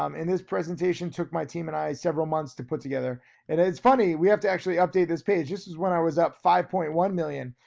um and this presentation took my team and i several months to put together. and it's funny, we have to actually update this page. this is when i was up five point one million,